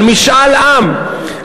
על משאל עם,